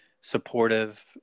supportive